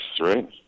right